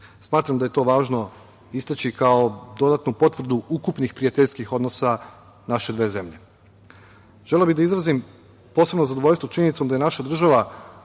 Smatram da je to važno istaći kao dodatnu potvrdu ukupnih prijateljskih odnosa naše dve zemlje. Želeo bih da izrazim posebno zadovoljstvo činjenicom da je naša država